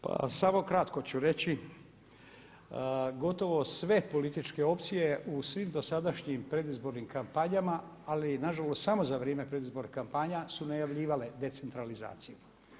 Pa samo kratko ću reći, gotovo sve političke opcije u svim dosadašnjim predizbornim kampanjama ali nažalost samo za vrijeme predizbornih kampanja su najavljivale decentralizaciju.